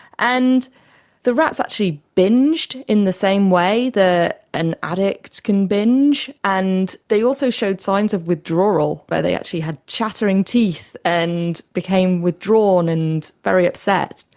and the rats actually binged in the same way that an addict can binge, and they also showed signs of withdrawal where they actually had chattering teeth and became withdrawn and very upset.